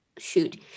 Shoot